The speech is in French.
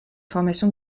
formation